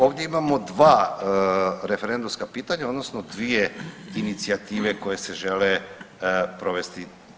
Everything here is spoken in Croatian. Ovdje imamo dva referendumska pitanja, odnosno dvije inicijative koje se žele provesti.